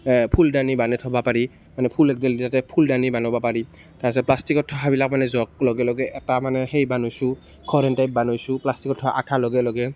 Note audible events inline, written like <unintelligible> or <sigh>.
এ ফুলদানি বনাই থ'ব পাৰি মানে ফুলদানি বনাব পাৰি তাৰ পাছত প্লাষ্টিকৰ থোহাবিলাক মানে যক লগে লগে এটা মানে সেই বনাইছোঁ <unintelligible> প্লাষ্টিকৰ আঠা লগাই লগাই